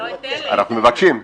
אנחנו מבקשים.